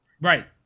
right